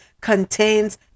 contains